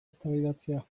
eztabaidatzea